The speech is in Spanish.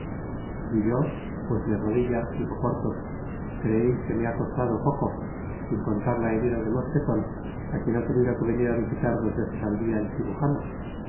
y yo pues mi rodilla dijo porthos creeis que me ha costado poco sin contar la herida de mosqueton á quien ha tenido que venir á visitar dos veces al dia el cirujano